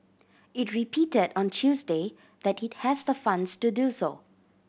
it repeated on Tuesday that it has the funds to do so